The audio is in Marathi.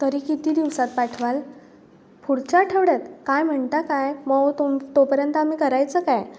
तरी किती दिवसात पाठवाल पुढच्या आठवड्यात काय म्हणता काय मग अहो तुम तोपर्यंत आम्ही करायचं काय